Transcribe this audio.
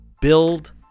build